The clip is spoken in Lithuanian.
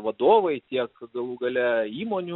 vadovai tiek galų gale įmonių